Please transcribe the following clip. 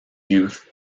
youth